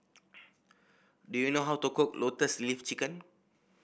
do you know how to cook Lotus Leaf Chicken